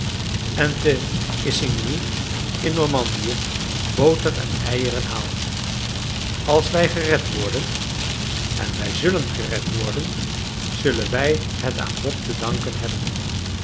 en te isigny in normandië boter en eieren haalt als wij gered worden en wij zullen gered worden zullen wij het aan bob te danken hebben